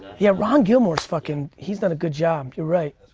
yeah, ron gilmore's fuckin', he's done a good job. you're right.